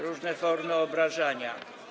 różne formy obrażania.